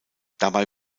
dabei